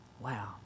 Wow